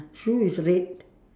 shoe is red